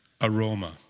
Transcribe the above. aroma